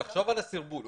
תחשוב על הסרבול.